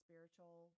Spiritual